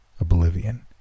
Oblivion